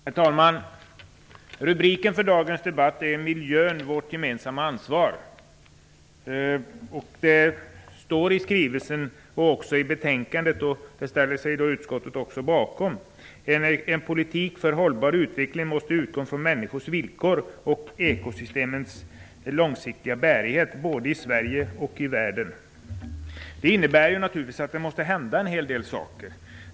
Herr talman! Rubriken på dagens debatt är Miljön - Vårt gemensamma ansvar. I regeringens skrivelse och också i betänkandet står det, och detta ställer sig utskottet bakom: "En politik för hållbar utveckling måste utgå från människans villkor och ekosystemets långsiktiga bärighet, både i Sverige och i världen." Detta innebär naturligtvis att en hel del saker måste hända.